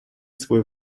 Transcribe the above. свой